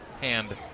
hand